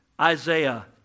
Isaiah